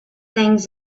things